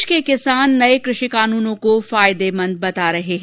प्रदेश के किसान नये कृषि कानूनों को फायदेमंद बता रहे है